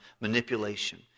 manipulation